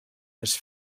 his